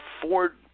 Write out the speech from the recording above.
Ford